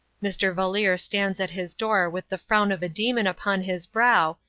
mr. valeer stands at his door with the frown of a demon upon his brow,